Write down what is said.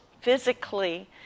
physically